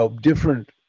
different